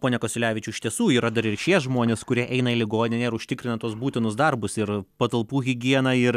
pone kasiulevičiau iš tiesų yra dar ir šie žmonės kurie eina į ligoninę ir užtikrina tuos būtinus darbus ir patalpų higieną ir